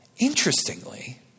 Interestingly